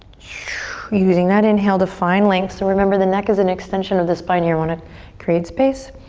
using that inhale to find length. so remember the neck is an extension of the spine you wanna create space.